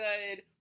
good